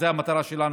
זאת הייתה המטרה שלנו,